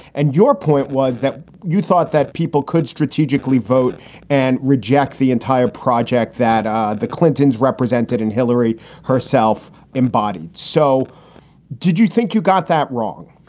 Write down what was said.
and your point was that you thought that people could strategically vote and reject the entire project that um the clintons represented and hillary herself embodied so did you think you got that wrong?